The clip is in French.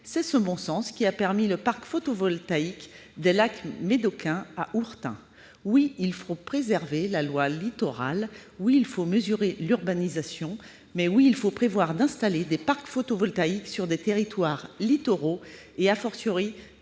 C'est ce bon sens également qui a permis le parc photovoltaïque des Lacs médocains à Hourtin. Oui, il faut préserver la loi Littoral ! Oui, il faut mesurer l'urbanisation ! Mais oui, aussi, il faut prévoir d'installer des parcs photovoltaïques sur des territoires littoraux et,,